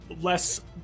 less